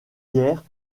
guerres